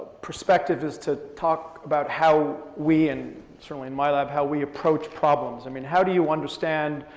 perspective is to talk about how we, and certainly in my lab, how we approach problems. i mean how do you understand,